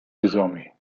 désormais